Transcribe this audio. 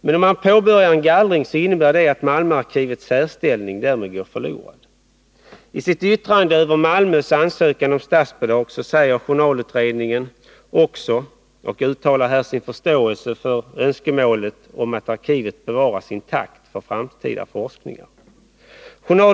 Men om man påbörjar en gallring, så innebär det att Malmöarkivets särställning går förlorad. I sitt yttrande över Malmö kommuns ansökan om statsbidrag uttalar journalutredningen också sin förståelse för önskemålet att bevara arkivet intakt för framtida forskning.